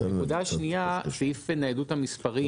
נקודה שנייה, סעיף ניידות במספרים,